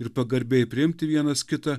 ir pagarbiai priimti vienas kitą